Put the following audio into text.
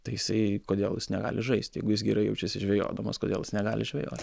tai jisai kodėl jis negali žaisti jeigu jis gerai jaučiasi žvejodamas kodėl jis negali žvejot